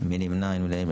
אז באמת